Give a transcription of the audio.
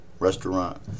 restaurant